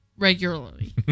regularly